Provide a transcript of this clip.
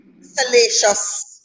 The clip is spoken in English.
salacious